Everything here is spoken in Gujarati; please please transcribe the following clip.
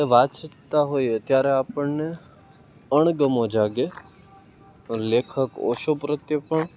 વાંચતાં હોઈએ ત્યારે આપણને અણગમો જાગે લેખક ઓશો પ્રત્ય પણ